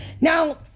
now